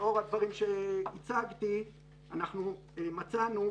לאור הדברים שהצגתי מצאנו,